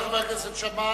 תודה רבה לחבר הכנסת שאמה.